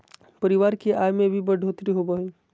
परिवार की आय में भी बढ़ोतरी होबो हइ